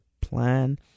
plan